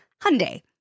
Hyundai